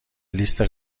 لیست